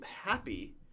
happy